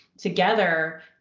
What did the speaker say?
Together